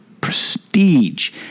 prestige